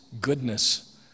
goodness